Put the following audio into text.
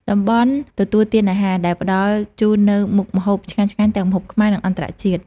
តំបន់ទទួលទានអាហារ ដែលផ្តល់ជូននូវមុខម្ហូបឆ្ងាញ់ៗ ទាំងម្ហូបខ្មែរ និងអន្តរជាតិ។